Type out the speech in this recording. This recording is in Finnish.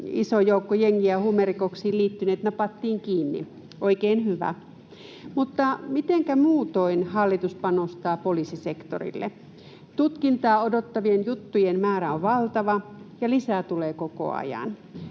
iso joukko jengi- ja huumerikoksiin liittyneitä napattiin kiinni. Oikein hyvä. Mitenkä muutoin hallitus panostaa poliisisektorille? Tutkintaa odottavien juttujen määrä on valtava, ja lisää tulee koko ajan.